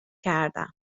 کردم